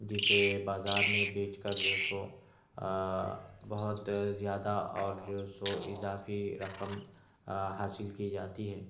جسے بازار میں بیچ کر جو سو بہت زیادہ اور جو سو اضافی رقم حاصل کی جاتی ہے